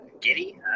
giddy